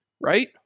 right